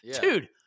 dude